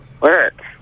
work